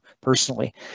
personally